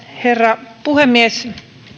herra puhemies